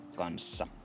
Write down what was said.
kanssa